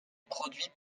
produit